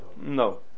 no